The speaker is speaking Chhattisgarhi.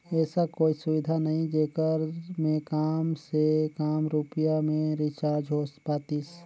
ऐसा कोई सुविधा नहीं जेकर मे काम से काम रुपिया मे रिचार्ज हो पातीस?